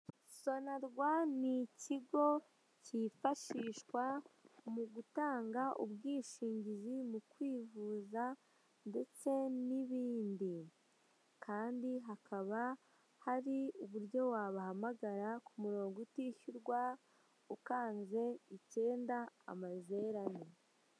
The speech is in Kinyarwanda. Sonarwa n' ikigo cyifashishwa mu gutanga ubwishingizi mu kwivuza ndetse n'ibindi; kandi hakaba hari uburyo wabahamagara ku murongo utishyurwa ukanze icyenda amazero ane.